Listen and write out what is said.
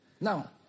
Now